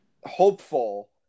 hopeful